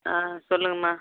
ஆ சொல்லுங்கம்மா